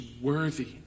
worthy